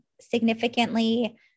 significantly